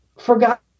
forgot